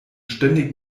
ständig